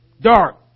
dark